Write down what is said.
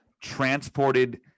transported